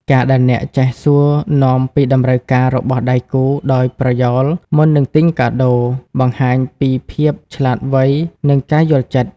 ការដែលអ្នកចេះសួរនាំពីតម្រូវការរបស់ដៃគូដោយប្រយោលមុននឹងទិញកាដូ បង្ហាញពីភាពឆ្លាតវៃ និងការយល់ចិត្ត។